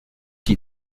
qui